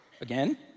again